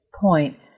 point